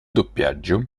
doppiaggio